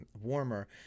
warmer